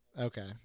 Okay